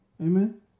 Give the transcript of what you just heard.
amen